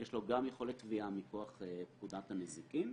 יש לו גם יכולת תביעה מכוח פקודת הנזיקין,